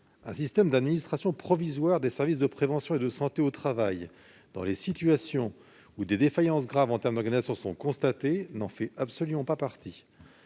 un système d'administration provisoire des services de prévention et de santé au travail dans les situations où des défaillances graves en termes d'organisation sont constatées n'en fait absolument pas partie.